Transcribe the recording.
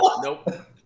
Nope